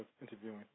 interviewing